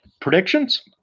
predictions